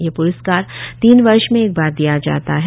यह प्रस्कार तीन वर्ष में एक बार दिया जाता है